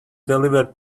delivered